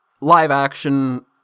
live-action